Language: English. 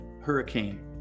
hurricane